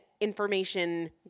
information